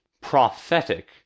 prophetic